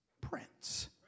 prince